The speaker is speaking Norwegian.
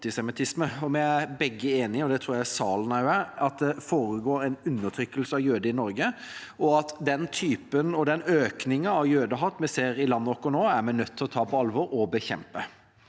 Vi er begge enige – og det tror jeg salen også er – om at det foregår en undertrykkelse av jøder i Norge, og at den typen og den økningen av jødehat vi ser i landet vårt nå, er vi nødt til å ta på alvor og bekjempe.